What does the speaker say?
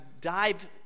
dive